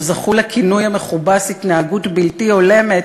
שזכו לכינוי המכובס "התנהגות בלתי הולמת".